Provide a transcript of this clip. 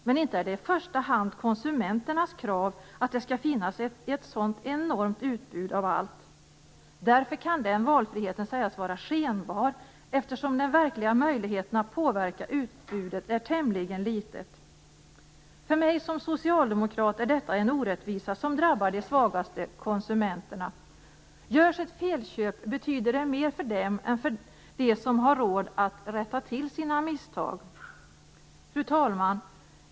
Men det är inte i första hand konsumenternas krav att det skall finnas ett så enormt utbud av allt. Därför kan den valfriheten sägs vara skenbar, eftersom den verkliga möjligheten att påverka utbudet är tämligen litet. För mig som socialdemokrat är detta en orättvisa som drabbar de svagaste konsumenterna. Görs ett felköp betyder det mer för dem än för de som har råd att rätta till sina misstag. Fru talman!